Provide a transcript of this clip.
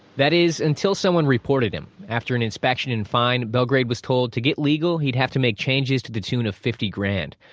that is, until someone reported him. after an inspection and fine, belgrade was told to get legal, he'd have to make changes to the tune of fifty thousand